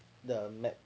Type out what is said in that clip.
ya the map